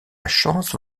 chance